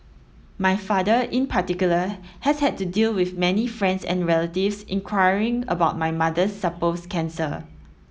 my father in particular has had to deal with many friends and relatives inquiring about my mother's supposed cancer